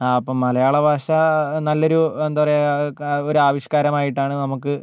ആ അപ്പം മലയാള ഭാഷ നല്ലൊരു എന്താ പറയുക ഒരു ആവിഷ്കാരമായിട്ടാണ് നമുക്ക്